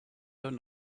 don’t